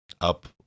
up